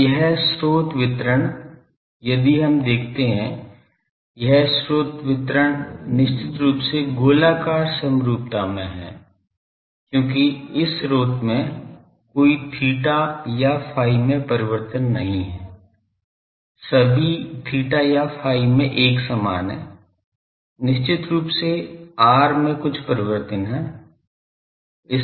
अब यह स्रोत वितरण यदि हम देखते हैं यह स्रोत वितरण निश्चित रूप से गोलाकार समरूपता में है क्योंकि इस स्रोत में कोई theta या phi में परिवर्तन नहीं है सभी theta या phi में एक समान है निश्चित रूप से r में कुछ परिवर्तन है